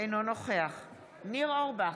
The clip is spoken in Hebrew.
אינו נוכח ניר אורבך,